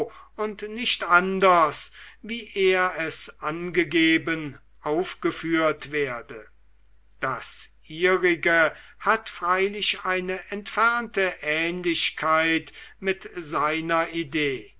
und nicht anders wie er es angegeben aufgeführt werde das ihrige hat freilich eine entfernte ähnlichkeit mit seiner idee